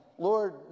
Lord